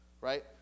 right